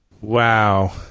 Wow